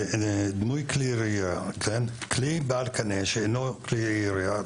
לדמוי כלי ירייה: "כלי בעל קנה שאינו כלי ירייה,